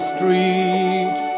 Street